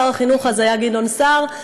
שר החינוך אז היה גדעון סער,